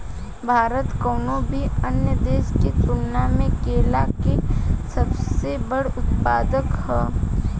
भारत कउनों भी अन्य देश के तुलना में केला के सबसे बड़ उत्पादक ह